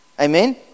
Amen